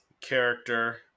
character